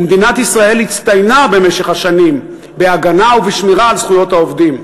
מדינת ישראל הצטיינה במשך השנים בהגנה ובשמירה על זכויות העובדים.